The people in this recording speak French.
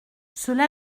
cela